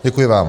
Děkuji vám.